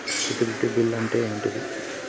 Utility bill అంటే ఏంటిది?